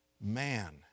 man